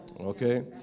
okay